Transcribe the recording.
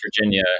Virginia